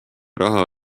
raha